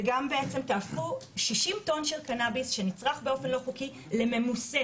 וגם בעצם תהפכו 60 טון של קנאביס שנצרך באופן לא חוקי לממוסה.